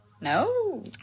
No